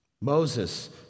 Moses